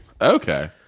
Okay